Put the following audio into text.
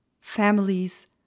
families